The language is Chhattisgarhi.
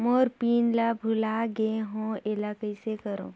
मोर पिन ला भुला गे हो एला कइसे करो?